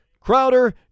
crowder